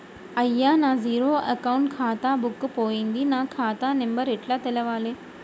అయ్యా నా zero account ఖాతా బుక్కు పోయింది నా ఖాతా నెంబరు ఎట్ల తెలవాలే?